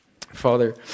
Father